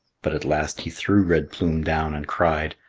but at last he threw red plume down and cried,